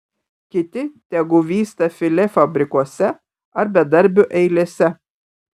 kiti tegu vysta filė fabrikuose ar bedarbių eilėse